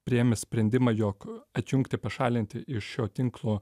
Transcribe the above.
priėmęs sprendimą jog atjungti pašalinti iš šio tinklo